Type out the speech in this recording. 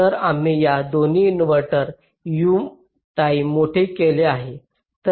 तर आम्ही या दोन्ही इन्व्हर्टरन U टाईम मोठे केले आहे